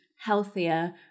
healthier